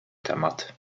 temat